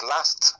Last